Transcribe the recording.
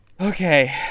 Okay